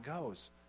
goes